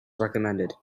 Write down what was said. recommended